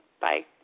Bye